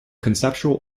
conceptual